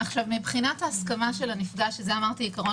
מבחינת ההסכמה של הנפגע אמרתי שזה עיקרון